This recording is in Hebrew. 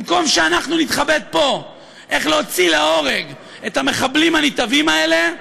במקום שאנחנו נתחבט פה איך להוציא להורג את המחבלים הנתעבים האלה,